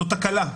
זו תקלה.